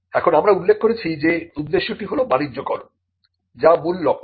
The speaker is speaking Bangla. এখন আমরা উল্লেখ করেছি যে উদ্দেশ্যটি হল বাণিজ্যকরণ যা মূল লক্ষ্য